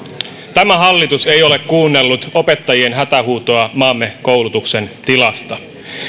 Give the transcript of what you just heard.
tämä hallitus ei ole kuunnellut opettajien hätähuutoa maamme koulutuksen tilasta